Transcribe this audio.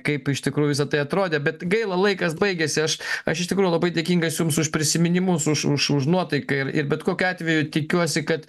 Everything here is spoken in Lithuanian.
kaip iš tikrųjų visa tai atrodė bet gaila laikas baigiasi aš aš iš tikrųjų labai dėkingas jums už prisiminimus už už už nuotaiką ir ir bet kokiu atveju tikiuosi kad